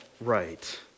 right